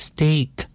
Steak